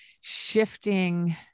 shifting